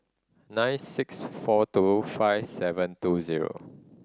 nine six four two five seven two zero